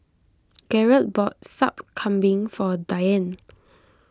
Garret bought Sup Kambing for Diann